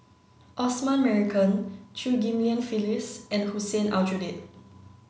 Osman Merican Chew Ghim Lian Phyllis and Hussein Aljunied